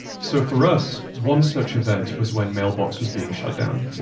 so for us, one such event was when mailbox was being shut down.